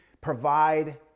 provide